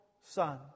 son